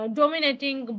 dominating